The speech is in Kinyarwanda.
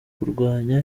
kurwanya